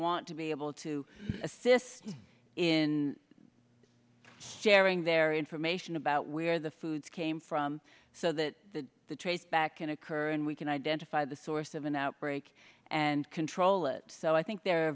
want to be able to assist in sharing their information about where the food came from so that the the traceback in occur and we can identify the source of an outbreak and control it so i think they